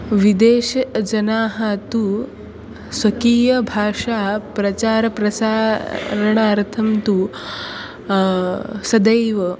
विदेशे जनाः तु स्वकीयभाषाप्रचारप्रसारणार्थं तु सदैव